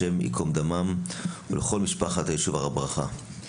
השם ייקום דמם, ולכל משפחת היישוב הר ברכה.